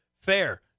Fair